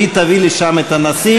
והיא תביא לשם את הנשיא.